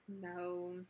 no